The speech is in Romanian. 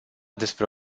despre